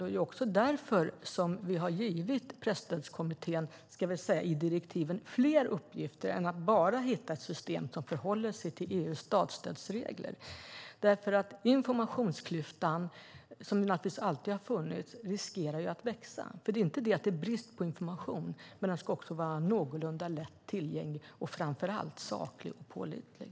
Det är också därför som vi i direktiven har givit presstödskommittén fler uppgifter än att bara hitta ett system som förhåller sig till EU:s statsstödsregler, för informationsklyftan, som naturligtvis alltid har funnits, riskerar ju att växa. Det är inte så att det är brist på information, men den ska vara någorlunda lätt tillgänglig och framför allt saklig och pålitlig.